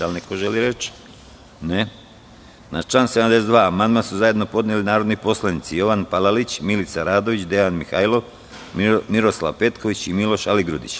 Da li neko želi reč? (Ne) Na član 72. amandman su zajedno podneli narodni poslanici Jovan Palalić, Milica Radović, Dejan Mihajlov, Miroslav Petković i Miloš Aligrudić.